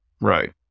right